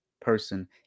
person